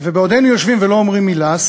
ובעודנו יושבים ולא אומרים מילה,